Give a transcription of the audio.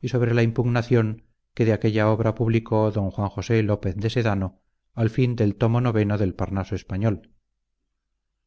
y sobre la impugnación que de aquella obra publicó d juan josé lópez de sedano al fin del tomo ix del parnaso español